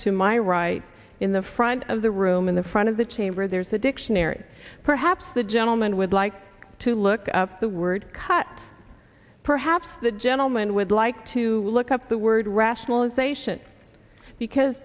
to my right in the front of the room in the front of the chamber there is a dictionary perhaps the gentleman would like to look up the word cut perhaps the gentleman would like to look up the word rationalization because